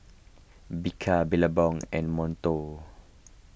Bika Billabong and Monto